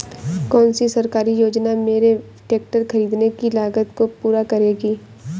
कौन सी सरकारी योजना मेरे ट्रैक्टर ख़रीदने की लागत को पूरा करेगी?